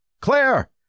Claire